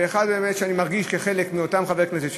מאחר שאני מרגיש חלק מאותם חברי כנסת,